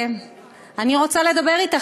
ואני רוצה לדבר אתך,